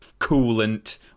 coolant